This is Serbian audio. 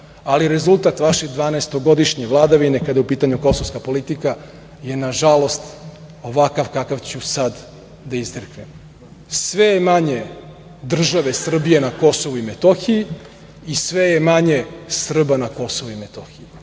ali rezultat vaše 12-godišnje vladavine kada je u pitanju kosovska politika je, nažalost, ovakav kako ću sad da izreknem - sve je manje države Srbije na KiM i sve je manje Srba na KiM. Nije